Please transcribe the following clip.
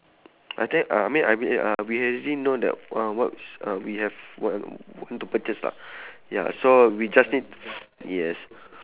I think uh I mean I mean uh we already know that uh what's uh we have want to purchase lah ya so we just need yes